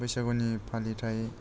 बैसागुनि फालिथाइ